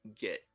get